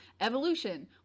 evolution